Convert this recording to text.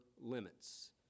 limits